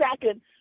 second